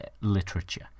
literature